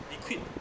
你 quit